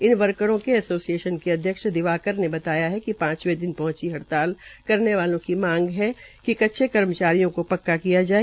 इन वर्करों के ऐसोसिएशन के अध्यक्ष दिवाकर ने बताया कि पांचवें दिन पहंची हड़ताल करने वालों की मांग है कि कच्चे कर्मचारियों को पक्का किया जाये